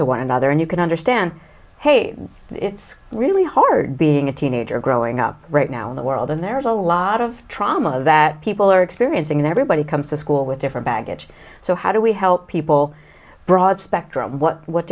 to one another and you can understand hey it's really hard being a teenager growing up right now in the world and there's a lot of trauma that people are experiencing and everybody comes to school with different baggage so how do we help people broad spectrum what what